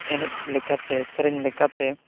ᱮᱱᱮᱡ ᱞᱮᱠᱟᱛᱮ ᱥᱮᱨᱮᱧ ᱞᱮᱠᱟᱛᱮ